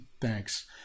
Thanks